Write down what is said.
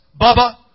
Bubba